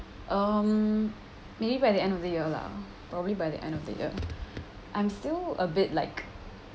um maybe by the end of the year lah probably by the end of the year I'm still a bit like like